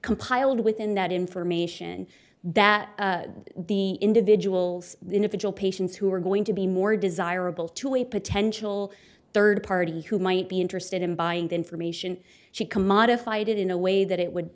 compiled within that information that the individual's individual patients who were going to be more desirable to a potential third party who might be interested in buying the information she commodified it in a way that it would